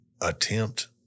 attempt